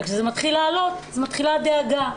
וכשזה מתחיל לעלות, מתחילה הדאגה.